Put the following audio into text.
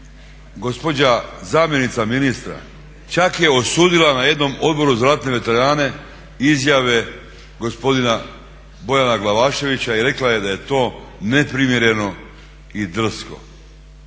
Gospođa zamjenica ministra čak je osudila na jednom Odboru za ratne veterane izjave gospodina Bojana Glavaševića i rekla je da je to neprimjereno i drsko.